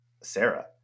Sarah